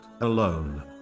alone